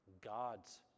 God's